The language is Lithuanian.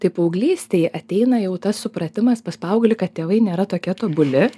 tai paauglystėj ateina jau tas supratimas pas paauglį kad tėvai nėra tokie tobuli